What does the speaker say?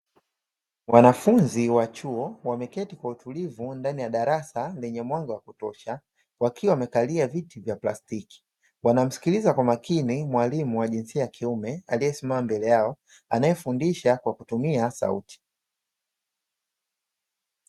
Wanafunzi wa chuo wameketi kwa utulivu ndani ya darasa lenye mwanga wa kutosha wakiwa wamekalia viti vya plastiki, wanamsikiliza kwa makini mwalimu wa jinsia ya kiume aliesimama mbele yao anaefundisha kwa kutumia sauti.